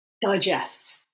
digest